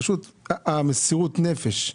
מסירות נפש,